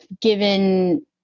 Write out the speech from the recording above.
given